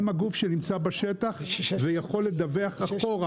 הם הגוף שנמצא בשטח ויכול לדווח אחורה